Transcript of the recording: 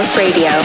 Radio